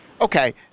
okay